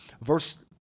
Verse